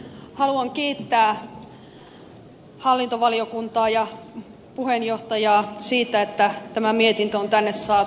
haluan kiittää hallintovaliokuntaa ja puheenjohtajaa siitä että tämä mietintö on tänne saatu